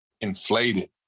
inflated